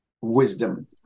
wisdom